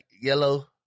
Yellow